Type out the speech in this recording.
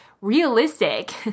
realistic